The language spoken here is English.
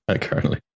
currently